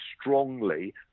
strongly